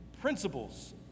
Principles